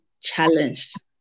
challenged